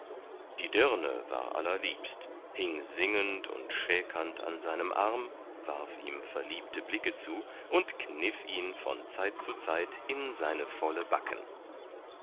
die dirne war allerliebst hing singend und schäkernd an seinem arm warf ihm verliebte blicke zu und kniff ihn von zeit zu zeit in seine volle backen